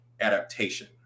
adaptation